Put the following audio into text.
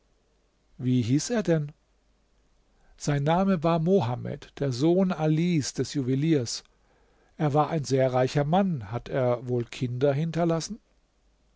wie hieß er denn sein name war mohamed der sohn alis des juweliers er war ein sehr reicher mann hat er wohl kinder hinterlassen